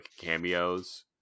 cameos